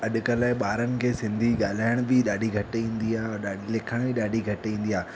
अॼुकल्ह जे ॿारनि खे सिंधी ॻालायण बी ॾाढी घटि ईंदी आहे औरि ॾा लिखण बि ॾाढी घटि ईंदी आहे